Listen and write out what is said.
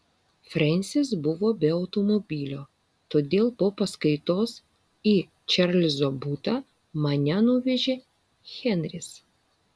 frensis buvo be automobilio todėl po paskaitos į čarlzo butą mane nuvežė henris